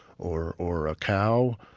or or a cow,